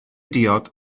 diod